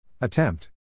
Attempt